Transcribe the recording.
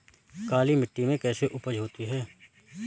काली मिट्टी में कैसी उपज होती है?